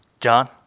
John